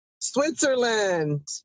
Switzerland